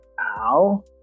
Ow